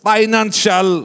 Financial